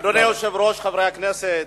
אדוני היושב-ראש, חברי הכנסת,